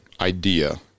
idea